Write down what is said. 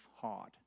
hard